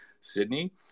Sydney